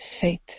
faith